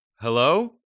Hello